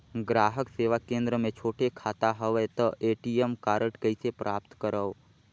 ग्राहक सेवा केंद्र मे छोटे खाता हवय त ए.टी.एम कारड कइसे प्राप्त करव?